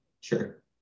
Sure